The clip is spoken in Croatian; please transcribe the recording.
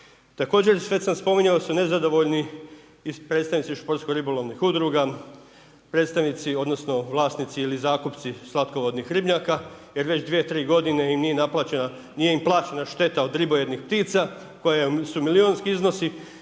Također, već sam spominjao da su nezadovoljni i predstavnici iz športsko-ribolovnih udruga, predstavnici odnosno vlasnici ili zakupci slatkovodnih ribnjaka jer već 2, 3 g. nije im plaćena šteta od ribojednih ptica koji su milijunski iznosi,